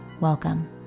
Welcome